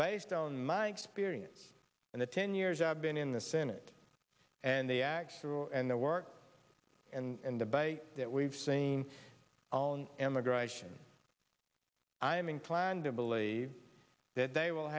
based on my experience and the ten years i've been in the senate and they act through and the work and debate that we've seen on immigration i am inclined to believe that they will